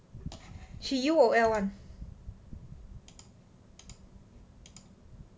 he U_O_L [one]